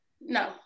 no